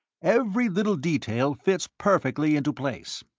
every little detail fits perfectly into place.